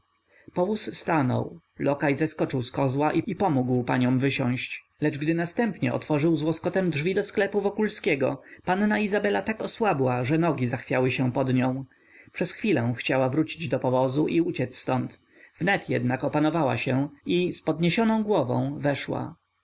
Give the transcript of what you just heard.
powóz stanął lokaj zeskoczył z kozła i pomógł paniom wysiąść lecz gdy następnie otworzył z łoskotem drzwi do sklepu wokulskiego panna izabela tak osłabła że nogi zachwiały się pod nią przez chwilę chciała wrócić do powozu i uciec ztąd wnet jednak opanowała się i z podniesioną głową weszła